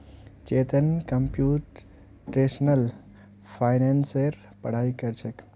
Chetan computational फाइनेंसेर पढ़ाई कर छेक